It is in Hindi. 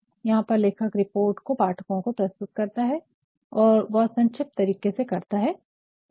यहां पर लेखक रिपोर्ट को पाठकों को प्रस्तुत करता है और वह संछिप्त तरीके से करता है